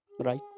Right